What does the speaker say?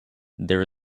there